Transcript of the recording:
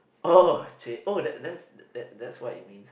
oh !chey! oh that's that's that's what it means ah